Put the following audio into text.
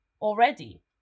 already